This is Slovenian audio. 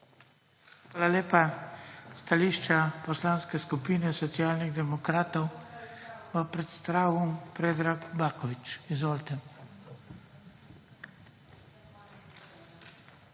Hvala lepa. Stališče Poslanke skupine Socialnih demokratov bo predstavil Predrag Baković. Izvolite.